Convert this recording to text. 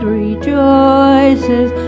rejoices